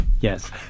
Yes